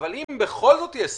אבל אם בכל זאת יש סיכון,